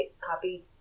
copy